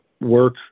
work